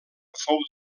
fou